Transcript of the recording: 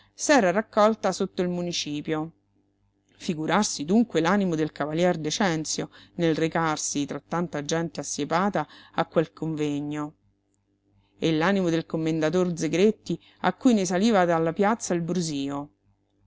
amministrativa s'era raccolta sotto il municipio figurarsi dunque l'animo del cavalier decenzio nel recarsi tra tanta gente assiepata a quel convegno e l'animo del commendator zegretti a cui ne saliva dalla piazza il brusío